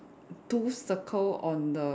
two circle on the